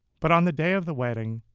but on the day of the wedding,